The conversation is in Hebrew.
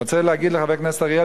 רוצה להגיד לחבר הכנסת אריאל,